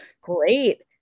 great